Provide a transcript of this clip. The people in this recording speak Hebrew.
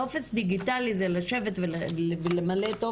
טופס דיגיטלי זה לשבת ולמלא טופס,